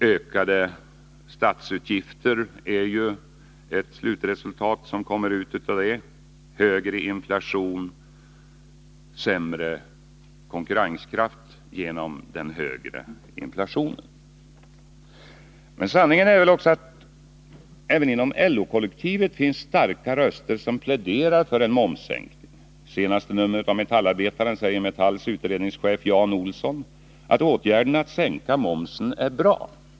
Men följden av det blir bara ökade statsutgifter, högre inflation och sämre konkurrenskraft. Sanningen är också den att även inom LO-kollektivet finns starka röster som pläderar för en momssänkning. I senaste numret av Metallarbetaren säger Metalls utredningschef Jan Olsson att åtgärden att sänka momsen är bra.